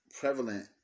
prevalent